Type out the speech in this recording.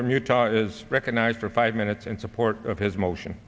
from utah is recognized for five minutes in support of his motion